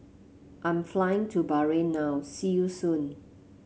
I'm flying to Bahrain now see you soon